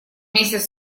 месяц